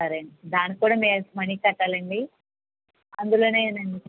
సరే అండి దానికి కూడా మేమే మనీ కట్టాలా అండి అందులోనే